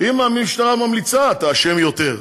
אם המשטרה ממליצה, אתה אשם יותר.